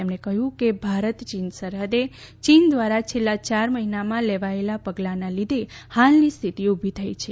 તેમણે કહ્યું કે ભારત ચીન સરહદે ચીન દ્રારા છેલ્લા યાર મહિનામાં લેવાયેલા પગલાંનાં લીઘે હાલની સ્થિતિ ઉભી થઈ છે